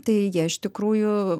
tai jie iš tikrųjų